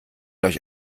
euch